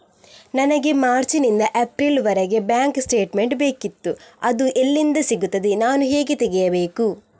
ನನಗೆ ಮಾರ್ಚ್ ನಿಂದ ಏಪ್ರಿಲ್ ವರೆಗೆ ಬ್ಯಾಂಕ್ ಸ್ಟೇಟ್ಮೆಂಟ್ ಬೇಕಿತ್ತು ಅದು ಎಲ್ಲಿಂದ ಸಿಗುತ್ತದೆ ನಾನು ಹೇಗೆ ತೆಗೆಯಬೇಕು?